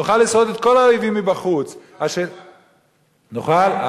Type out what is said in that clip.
נוכל לשרוד את כל האויבים מבחוץ, נוכל, נוכל.